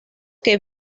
que